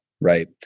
Right